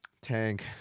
Tank